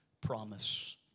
promise